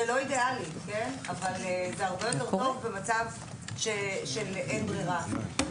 זה לא אידיאלי אבל זה הרבה יותר טוב ממצב של אין ברירה.